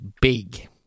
big